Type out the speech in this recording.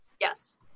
Yes